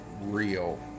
real